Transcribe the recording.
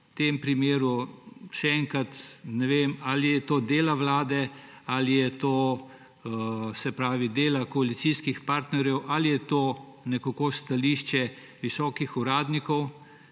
v tem primeru, še enkrat, ne vem, ali je to dela Vlade ali je to dela koalicijskih partnerjev ali je to nekako stališče visokih uradnikov.